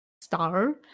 star